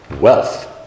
Wealth